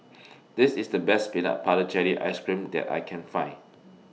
This IS The Best Peanut Butter Jelly Ice Cream that I Can Find